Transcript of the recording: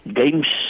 games